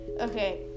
Okay